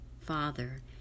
Father